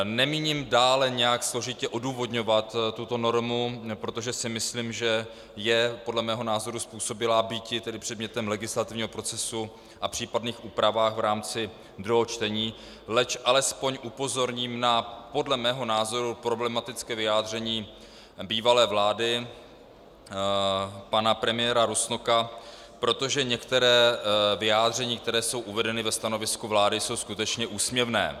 Nemíním dále nějak složitě odůvodňovat tuto normu, protože si myslím, že je podle mého názoru způsobilá býti předmětem legislativního procesu a případných úprav v rámci druhého čtení, leč alespoň upozorním na podle mého názoru problematické vyjádření bývalé vlády pana premiéra Rusnoka, protože některá vyjádření, která jsou uvedena ve stanovisku vlády, jsou skutečně úsměvná.